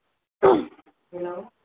hello